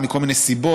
כל מיני סיבות,